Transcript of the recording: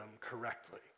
correctly